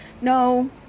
no